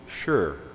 Sure